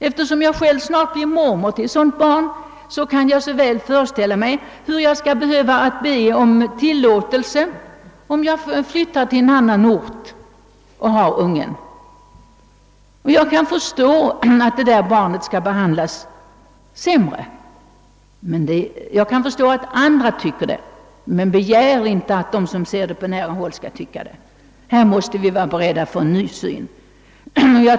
Eftersom jag själv snart kan bli mormor till ett sådant barn, kan jag föreställa mig, hur jag skall behöva be om tillåtelse för att flytta till en annan ort och ha ungen med mig där. Jag kan föreställa mig, att andra tycker, att det barnet skall behandlas sämre; men begär inte, att de som ser det på nära håll, skall tycka det! Här måste vi få en ny syn.